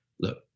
look